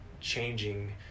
changing